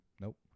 Nope